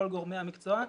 לכל גורמי המקצוע.